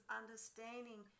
understanding